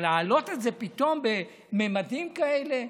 אבל להעלות את זה פתאום בממדים כאלה,